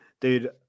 dude